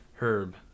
herb